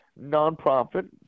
nonprofit